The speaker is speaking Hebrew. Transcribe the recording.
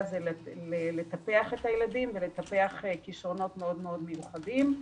הן לטפח את הילדים ולטפח כישרונות מאוד מיוחדים.